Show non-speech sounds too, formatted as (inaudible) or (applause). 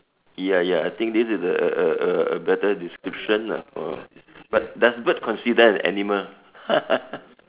ya ya I think this is a a a a a better description lah for but does bird consider an animal (laughs)